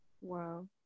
Wow